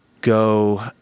go